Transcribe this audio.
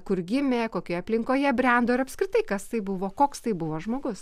kur gimė kokioje aplinkoje brendo ir apskritai kas tai buvo koks tai buvo žmogus